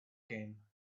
came